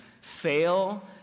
fail